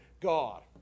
god